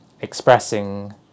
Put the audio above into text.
expressing